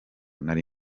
nari